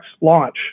launch